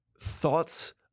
thoughts